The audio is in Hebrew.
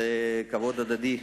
זה כבוד הדדי.